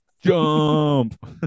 Jump